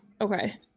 Okay